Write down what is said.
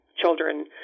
children